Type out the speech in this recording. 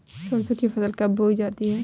सरसों की फसल कब बोई जाती है?